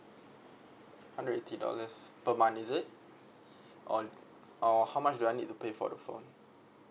hundred eighty dollars per month is it or or how much do I need to pay for the phone